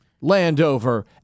Landover